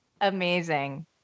amazing